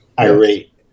irate